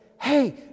hey